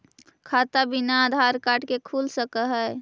खाता बिना आधार कार्ड के खुल सक है?